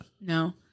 No